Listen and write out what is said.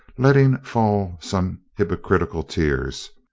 letting fall some hypocritical tears,